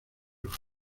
los